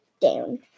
down